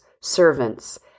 servants